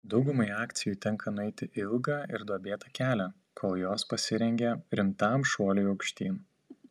daugumai akcijų tenka nueiti ilgą ir duobėtą kelią kol jos pasirengia rimtam šuoliui aukštyn